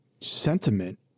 sentiment